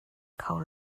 kho